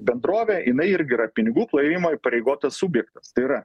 bendrovė jinai irgi yra pinigų plovimo įpareigotas subjektas tai yra